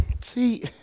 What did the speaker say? See